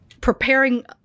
preparing